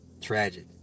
tragic